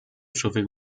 człowiek